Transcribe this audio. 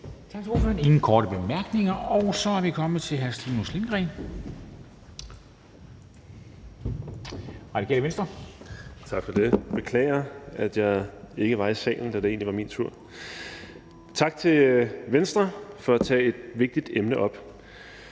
Tak for det. Jeg beklager, at jeg ikke var i salen, da det egentlig var min tur. Tak til Venstre for at tage et vigtigt emne op.